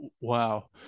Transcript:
wow